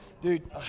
Dude